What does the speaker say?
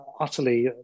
utterly